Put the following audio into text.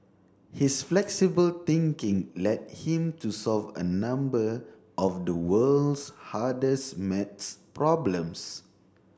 his flexible thinking led him to solve a number of the world's hardest maths problems